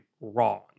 wrong